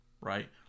right